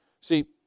See